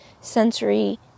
sensory